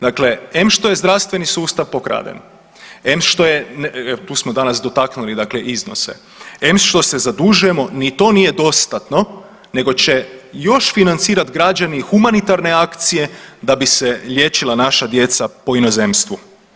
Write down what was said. Dakle, em što je zdravstveni sustav pokraden, em što je tu smo danas dotaknuli dakle iznose, em što se zadužujemo ni to nije dostatno nego će još financirat građani i humanitarne akcije da bi se liječila naša djeca po inozemstvu.